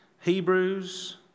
Hebrews